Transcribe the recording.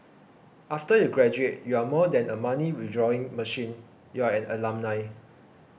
after you graduate you are more than a money withdrawing machine you are an alumni